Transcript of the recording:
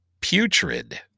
Putrid